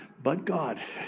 but god,